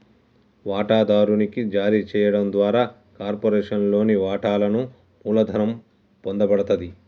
వాటాదారునికి జారీ చేయడం ద్వారా కార్పొరేషన్లోని వాటాలను మూలధనం పొందబడతది